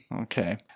Okay